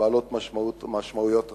בעלות משמעויות רבות,